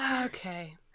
Okay